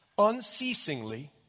unceasingly